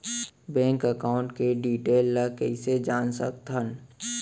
Bank account के detail ल कइसे जान सकथन?